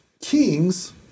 kings